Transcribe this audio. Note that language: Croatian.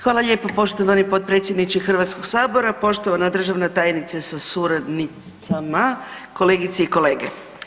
Hvala lijepo poštovani potpredsjedniče Hrvatskog sabora, poštovana državna tajnice sa suradnicama, kolegice i kolege.